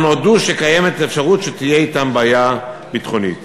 הודו שקיימת אפשרות שתהיה אתם בעיה ביטחונית.